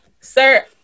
Sir